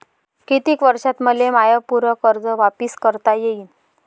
कितीक वर्षात मले माय पूर कर्ज वापिस करता येईन?